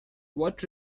what